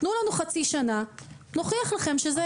תנו לנו חצי שנה, נוכיח לכם שזה יכול להיות.